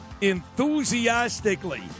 enthusiastically